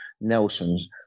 Nelson's